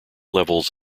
levels